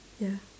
ya